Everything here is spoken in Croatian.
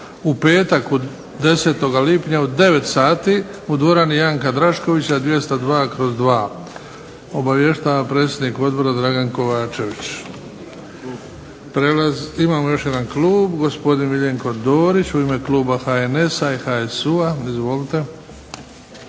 u petak 10. lipnja u 9,00 sati u dvorani Janka Draškovića 202/2. Obavještava predsjednik odbora Dragan Kovačević. Imamo još jedan klub. Gospodin Miljenko Dorić u ime kluba HNS-a, HSU-a. Izvolite.